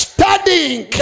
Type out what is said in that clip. Studying